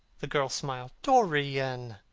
the girl smiled. dorian,